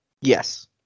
Yes